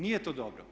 Nije to dobro.